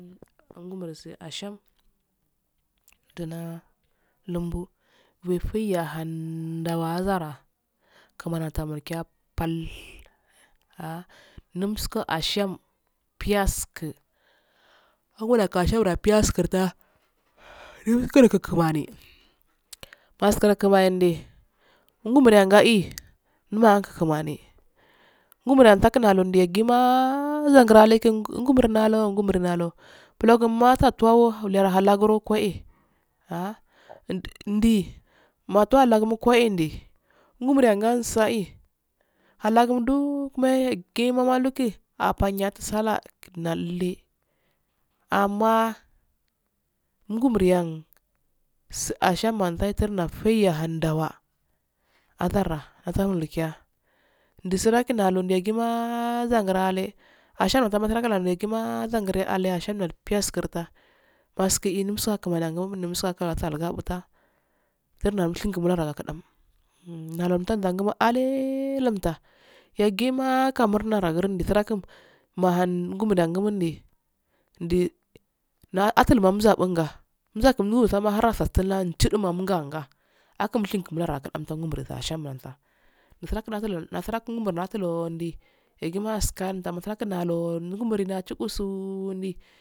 Ngumuri su abiyam dunah lumbu wefiyi ahanndawa gara kumani atta mo jabpal ndom sku ashiyam piyasku longo da akashiyan pisyaskudan kumani pasku kumande ngumani anga yi nowayu kumani ngumuri attakun allu yaggime garangi ale ngumani naluwo ngumani nallu bulon maka towo aharo akakohe ndi math alagumo kohendi ngumuri angan sari alagumdou meye gi malugi apanya tu sallah lalle anma gumani yan su abiyam ya tatu furi ya dawa azara azaru giya ndu surgi ndalu gi ma zaragurale ashinyam no tangala ale ashinyan no piyaskir da baski iyi mu mun sa kumani ahungi mamun so agala tan huta fude mushiyu msalsran kadan ndato mugtu muerna ale logda yasima ka murna ragu tanagu mahan ngum a shudu ndi na aful nrazamga muzagel hemasu jidu la musaga anku mushigu mura gu ashinyam nensa wufurakun nafurakan nudi yassi ma yaskol nafurakun nuundi yassi ma yaskal nafurakun yondu ngumuri na jiguson di.